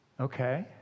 Okay